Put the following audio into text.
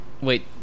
Wait